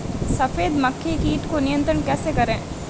सफेद मक्खी कीट को नियंत्रण कैसे करें?